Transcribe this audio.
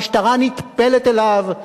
המשטרה נטפלת אליו.